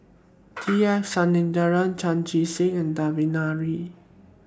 T S Sinnathuray Chan Chee Seng and Devan Nair